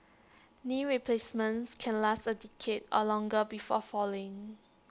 knee replacements can last A decade or longer before failing